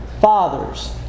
fathers